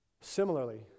Similarly